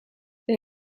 this